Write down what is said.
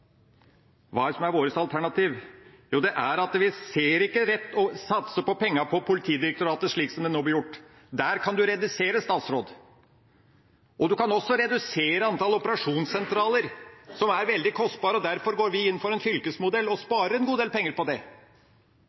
Hva er så vårt alternativ? Jo, det er at vi ser ikke at det er rett å satse penger på Politidirektoratet, slik som det nå blir gjort. Der kan du redusere, statsråd, og du kan også redusere antallet operasjonssentraler som er veldig kostbare. Derfor går vi inn for en fylkesmodell og sparer en god del penger på det.